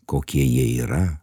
kokie jie yra